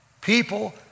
People